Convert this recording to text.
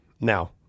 Now